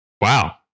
Wow